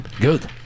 Good